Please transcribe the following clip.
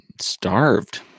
starved